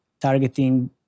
targeting